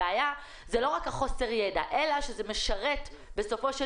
הבעיה היא לא רק חוסר הידע אלא שזה משרת בסופו של